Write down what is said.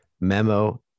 Memo